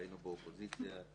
והיינו באופוזיציה.